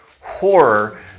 horror